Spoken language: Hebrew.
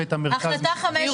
ואת המרכז מרכז.